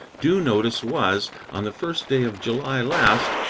due notice was, on the first day of july last,